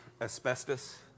Asbestos